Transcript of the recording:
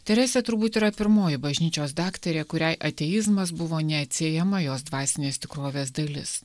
teresė turbūt yra pirmoji bažnyčios daktarė kuriai ateizmas buvo neatsiejama jos dvasinės tikrovės dalis